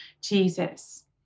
Jesus